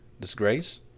Disgrace